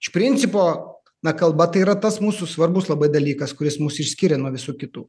iš principo na kalba tai yra tas mūsų svarbus labai dalykas kuris mus ir skiria nuo visų kitų